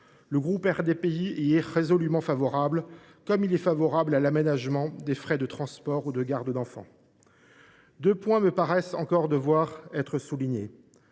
Le groupe RDPI y est résolument favorable, comme il est favorable à l’aménagement des frais de transport ou de garde d’enfant. Deux points me paraissent encore devoir être soulignés.